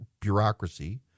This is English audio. bureaucracy